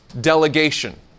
delegation